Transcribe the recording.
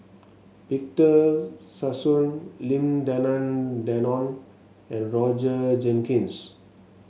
Victor Sassoon Lim Denan Denon and Roger Jenkins